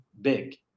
big